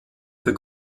für